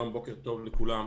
בוקר טוב לכולם.